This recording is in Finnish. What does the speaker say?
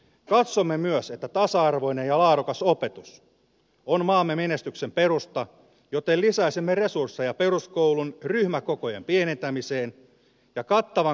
katsomme myös että tasa arvoinen ja laadukas opetus on maamme menestyksen perusta joten lisäisimme resursseja peruskoulun ryhmäkokojen pienentämiseen ja kattavan kouluverkon ylläpitoon